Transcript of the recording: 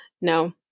no